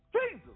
Jesus